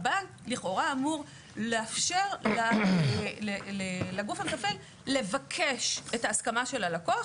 הבנק לכאורה אמור לאפשר לגוף המתפעל לבקש את ההסכמה של הלקוח,